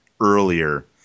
earlier